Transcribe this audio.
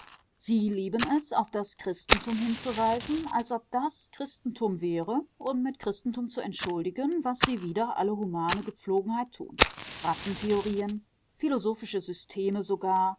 sie lieben es auf das christentum hinzuweisen als ob das christentum wäre und mit christentum zu entschuldigen was sie wider alle humane gepflogenheit tun rassentheorien philosophische systeme sogar